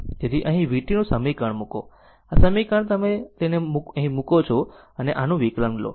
તેથી અહીં vt નું સમીકરણ મૂકો આ સમીકરણ તમે તેને અહીં મુકો છો અને આનું વિકલન લો